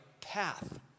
path